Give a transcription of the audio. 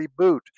reboot